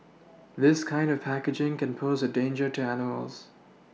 this kind of packaging can pose a danger to animals